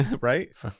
Right